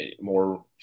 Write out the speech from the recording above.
more